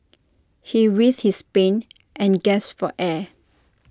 he writhed his pain and gasped for air